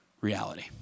reality